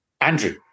Andrew